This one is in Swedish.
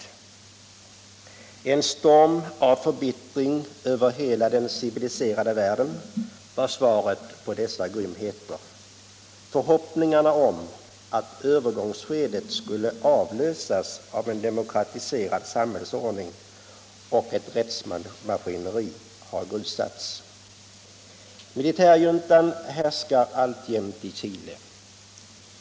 En storm av förbittring över hela den civiliserade världen var svaret på dessa grymheter. Förhoppningarna om att övergångsskedet skulle avlösas av en demokratiserad samhällsordning och ett rättsmaskineri har grusats. Militärjuntan härskar alltjämt i Chile.